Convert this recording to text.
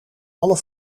alle